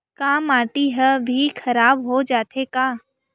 का माटी ह भी खराब हो जाथे का?